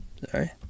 Sorry